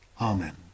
Amen